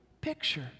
picture